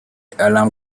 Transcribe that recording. alarm